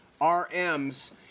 RMs